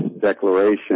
declaration